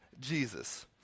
Jesus